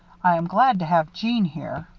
i am glad to have jeanne here.